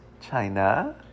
China